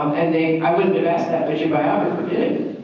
and then i wouldn't have asked that, but your biographer did,